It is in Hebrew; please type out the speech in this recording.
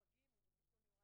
י"ט בכסלו התשע"ט,